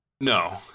No